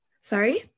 Sorry